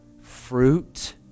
fruit